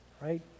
right